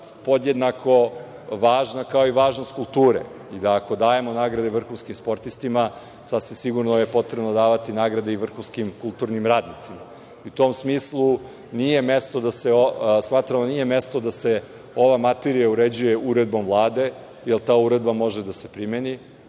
podjednako važna, kao i važnost kulture. Jer, ako dajemo nagrade vrhunskim sportistima, sasvim sigurno je potrebno davati nagrade vrhunskim kulturnim radnicima.U tom smislu, smatramo da nije mesto da se ova materija uređuje uredbom Vlade, jer ta uredba može da se primeni.